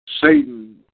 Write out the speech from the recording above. Satan